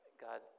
God